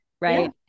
Right